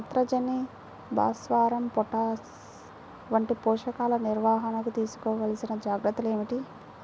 నత్రజని, భాస్వరం, పొటాష్ వంటి పోషకాల నిర్వహణకు తీసుకోవలసిన జాగ్రత్తలు ఏమిటీ?